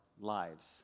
lives